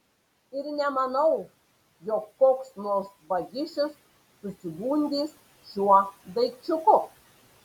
ir nemanau jog koks nors vagišius susigundys šiuo daikčiuku